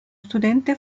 studente